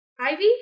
Ivy